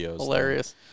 Hilarious